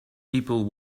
people